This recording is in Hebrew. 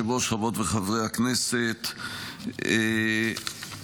חברי הכנסת,